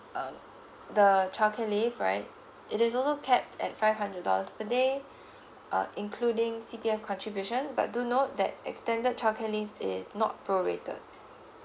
um the childcare leave right it is also capped at five hundred dollars per day uh including C_P_F contribution but do note that extended childcare leave is not prorated